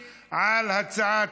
הוועדה.